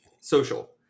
social